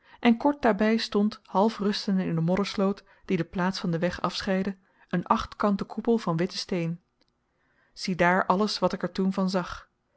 en kort daarbij stond half rustende in de moddersloot die de plaats van den weg afscheidde een achtkante koepel van witten steen ziedaar alles wat ik er toen van zag